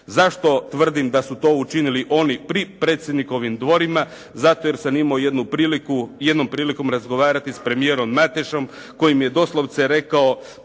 Zašto tvrdim da su to učinili oni pri predsjednikovim dvorima? Zato jer sam imao jednom prilikom razgovarati sa premijerom Matešom koji mi je doslovce rekao